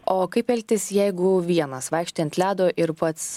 o kaip elgtis jeigu vienas vaikštai ant ledo ir pats